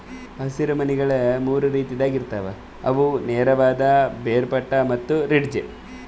ಹಸಿರು ಮನಿಗೊಳ್ ಮೂರು ರೀತಿದಾಗ್ ಇರ್ತಾವ್ ಅವು ನೇರವಾದ, ಬೇರ್ಪಟ್ಟ ಮತ್ತ ರಿಡ್ಜ್